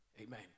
Amen